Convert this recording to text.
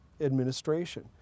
administration